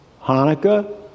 Hanukkah